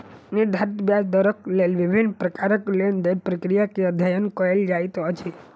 निर्धारित ब्याज दरक लेल विभिन्न प्रकारक लेन देन प्रक्रिया के अध्ययन कएल जाइत अछि